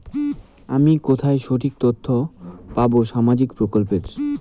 আমি কোথায় সঠিক তথ্য পাবো সামাজিক প্রকল্পের?